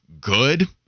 good